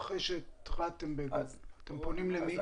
למי אתם פונים?